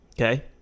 Okay